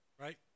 right